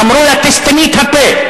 אמרו לה: תסתמי את הפה.